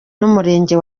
n’umurenge